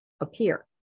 appear